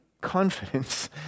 confidence